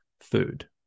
food